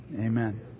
Amen